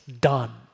done